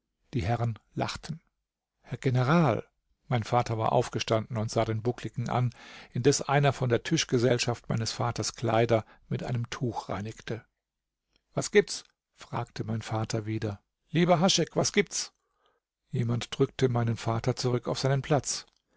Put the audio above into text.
die herren lachten herr general mein vater war aufgestanden und sah den buckligen an indes einer von der tischgesellschaft meines vaters kleider mit einem tuch reinigte was gibt's fragte mein vater wieder lieber haschek was gibt's jemand drückte meinen vater zurück auf seinen platz